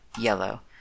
Yellow